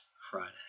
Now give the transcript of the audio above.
Friday